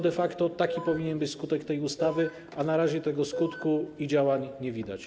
De facto taki powinien być skutek tej ustawy, a na razie tego skutku i działań nie widać.